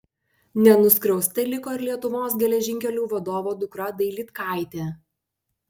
nenuskriausta liko ir lietuvos geležinkelių vadovo dukra dailydkaitė